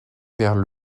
vers